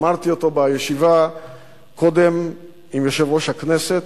ואמרתי אותו קודם בישיבה עם יושב-ראש הכנסת.